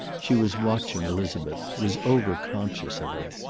she was watching elizabeth, was overconscious of her.